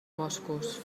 boscos